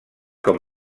com